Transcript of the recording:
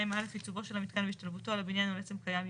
(2א) עיצובו של המיתקן והשתלבותו על הבניין או על עצם קיים,